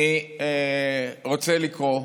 אני רוצה לקרוא,